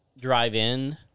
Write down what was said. drive-in